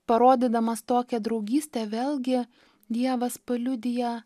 parodydamas tokią draugystę vėlgi dievas paliudija